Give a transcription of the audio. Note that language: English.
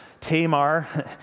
Tamar